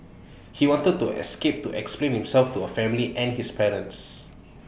he wanted to escape to explain himself to her family and his parents